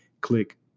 click